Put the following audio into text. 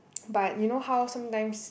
but you know how sometimes